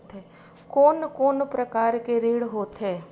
कोन कोन प्रकार के ऋण होथे?